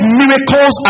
miracles